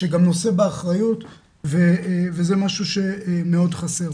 שגם נושא באחריות וזה משהו שמאוד חסר.